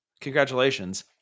Congratulations